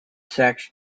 sacks